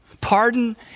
Pardon